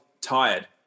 tired